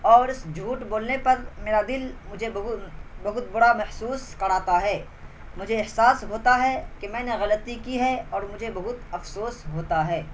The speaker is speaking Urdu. اور اس جھوٹ بولنے پر میرا دل مجھے بہت برا محسوس کراتا ہے مجھے احساس ہوتا ہے کہ میں نے غلطی کی ہے اور مجھے بہت افسوس ہوتا ہے